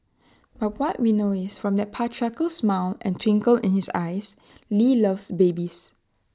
but what we know is from that patriarchal smile and twinkle in his eyes lee loves babies